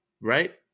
Right